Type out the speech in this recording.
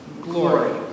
Glory